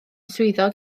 swyddog